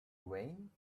wayne